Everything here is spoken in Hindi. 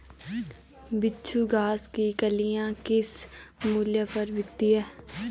बिच्छू घास की कलियां किस मूल्य पर बिकती हैं?